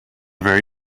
very